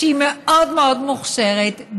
שהיא מאוד מאוד מוכשרת,